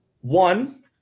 One